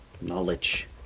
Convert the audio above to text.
knowledge